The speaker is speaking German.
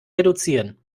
reduzieren